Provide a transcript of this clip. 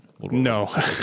no